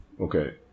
Okay